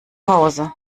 hause